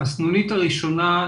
זה